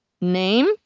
name